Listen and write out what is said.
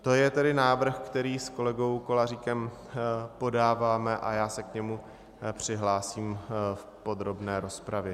To je tedy návrh, který s kolegou Koláříkem podáváme, a já se k němu přihlásím v podrobné rozpravě.